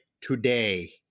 today